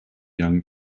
young